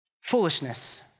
foolishness